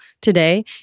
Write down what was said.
today